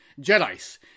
Jedi's